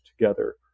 together